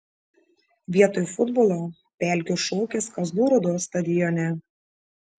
vietoj futbolo pelkių šokis kazlų rūdos stadione